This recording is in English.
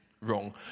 wrong